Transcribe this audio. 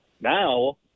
Now